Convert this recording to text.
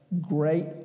Great